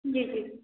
जी जी